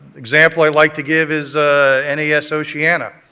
example i like to give is n a s. oceaneana,